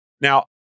Now